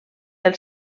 pel